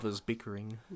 bickering